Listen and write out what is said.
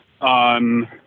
on